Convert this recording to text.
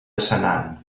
senan